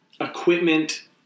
equipment